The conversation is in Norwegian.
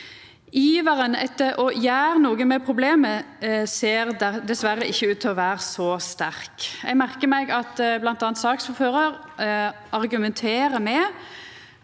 Iveren etter å gjera noko med problemet ser dessverre ikkje ut til å vera så sterk. Eg merkar meg at bl.a. saksordføraren argumenterer med